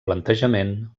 plantejament